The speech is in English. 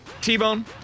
T-Bone